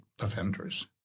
offenders